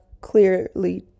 clearly